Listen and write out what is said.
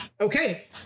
okay